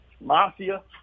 mafia